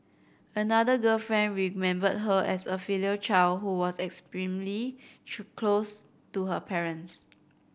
another girlfriend remembered her as a filial child who was extremely close to her parents